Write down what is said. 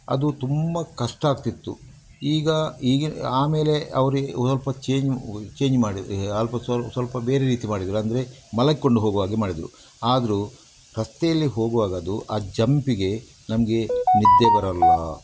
ಅದು ತುಂಬ ಕಷ್ಟ ಆಗ್ತಿತ್ತು ಈಗ ಈಗಿನ ಆಮೇಲೆ ಅವ್ರು ಈ ಸ್ವಲ್ಪ ಚೇಂಜ್ ಚೇಂಜ್ ಮಾಡಿದ್ರು ಈಗ ಅಲ್ಪ ಸ್ವಲ್ಪ ಸ್ವಲ್ಪ ಬೇರೆ ರೀತಿ ಮಾಡಿದ್ರು ಅಂದರೆ ಮಲಗ್ಕೊಂಡು ಹೋಗುವಾಗೆ ಮಾಡಿದರು ಆದರೂ ರಸ್ತೆಯಲ್ಲಿ ಹೋಗುವಾಗ ಅದು ಆ ಜಂಪಿಗೆ ನಮಗೆ ನಿದ್ದೆ ಬರೋಲ್ಲ